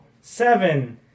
seven